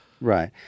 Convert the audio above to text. right